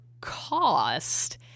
cost